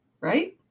Right